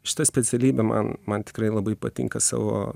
šita specialybė man man tikrai labai patinka savo